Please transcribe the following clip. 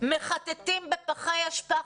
מחטטים בפחי אשפה?